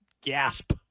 gasp